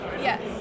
Yes